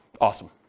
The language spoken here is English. Awesome